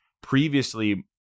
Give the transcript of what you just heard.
previously